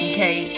Okay